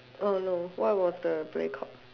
oh no what was the play called